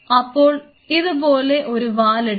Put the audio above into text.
അപ്പോൾ ഇതുപോലെ ഒരു വാൽ എടുക്കുക